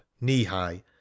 knee-high